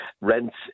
rents